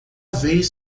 vez